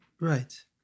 Right